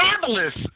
Fabulous